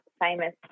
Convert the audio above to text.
famous